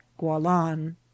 Gualan